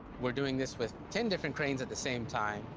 we're doing this with ten different cranes at the same time,